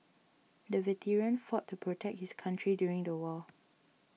the veteran fought to protect his country during the war